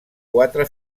quatre